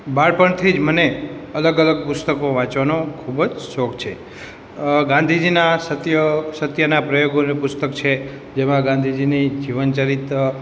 બાળપણથી જ મને અલગ અલગ પુસ્તકો વાંચવાનો ખૂબ જ શોખ છે અ ગાંધીજીના સત્યના પ્રયોગો જે પુસ્તક છે જેમાં ગાંધીજીની જીવન ચરિત્ર